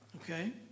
Okay